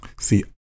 See